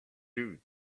you